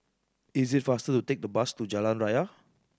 is it faster to take the bus to Jalan Raya